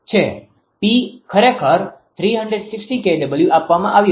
P ખરેખર 360 kW આપવામાં આવ્યું છે